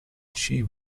chi